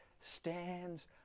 stands